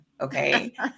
okay